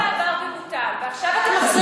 זה היה בעבר ובוטל, ועכשיו אתם מחזירים את זה.